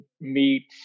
meet